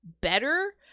better